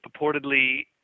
purportedly